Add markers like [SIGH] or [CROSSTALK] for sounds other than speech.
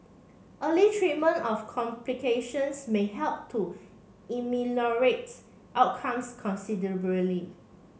early treatment of complications may help to [UNINTELLIGIBLE] outcomes considerably